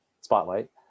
spotlight